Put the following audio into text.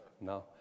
No